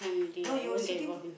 no you were sitting